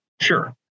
Sure